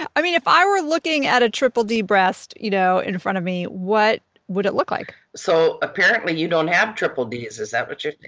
i mean if i were looking at a triple d breast you know in front of me, what would it look like? so apparently you don't have triple d's is that what you're